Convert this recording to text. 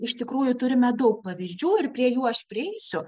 iš tikrųjų turime daug pavyzdžių ir prie jų aš prieisiu